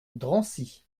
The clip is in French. drancy